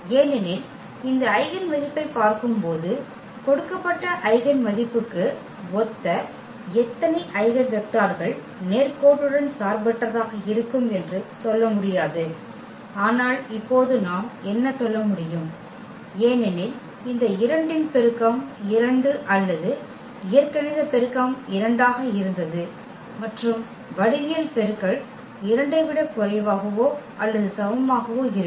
ஏனெனில் இந்த ஐகென் மதிப்பைப் பார்க்கும்போது கொடுக்கப்பட்ட ஐகென் மதிப்புக்கு ஒத்த எத்தனை ஐகென் வெக்டர்கள் நேர்கோட்டுடன் சார்பற்றதாக இருக்கும் என்று சொல்ல முடியாது ஆனால் இப்போது நாம் என்ன சொல்ல முடியும் ஏனெனில் இந்த 2 இன் பெருக்கம் 2 அல்லது இயற்கணித பெருக்கம் 2 ஆக இருந்தது மற்றும் வடிவியல் பெருக்கல் 2 ஐ விடக் குறைவாகவோ அல்லது சமமாகவோ இருக்கும்